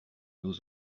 nos